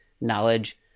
knowledge